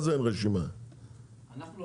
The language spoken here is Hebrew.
אנחנו לא